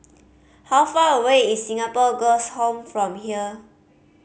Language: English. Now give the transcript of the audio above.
how far away is Singapore Girls' Home from here